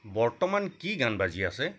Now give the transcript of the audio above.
বৰ্তমান কি গান বাজি আছে